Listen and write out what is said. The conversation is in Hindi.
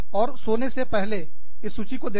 और सोने से पहले इस सूची को देखें